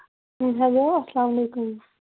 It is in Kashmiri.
ہیٚلو اَسلام علیکُم